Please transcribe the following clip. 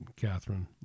Catherine